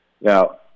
Now